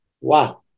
Wow